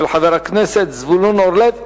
של חבר הכנסת זבולון אורלב.